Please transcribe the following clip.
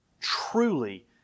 truly